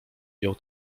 jął